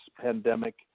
pandemic